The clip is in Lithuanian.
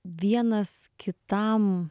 vienas kitam